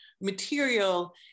material